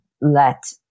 let